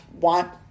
want